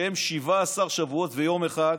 שהם 17 שבועות ויום אחד,